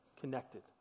connected